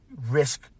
risk